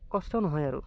কষ্ট নহয় আৰু